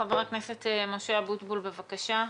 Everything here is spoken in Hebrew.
חבר הכנסת משה אבוטבול, בבקשה.